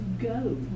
go